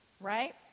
right